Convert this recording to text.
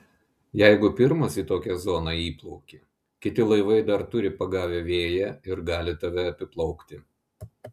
jeigu pirmas į tokią zoną įplauki kiti laivai dar turi pagavę vėją ir gali tave apiplaukti